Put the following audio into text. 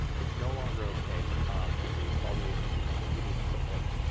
it's no longer okay for comms to call the agency and say, give me a clipbook,